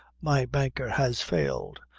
my banker has failed,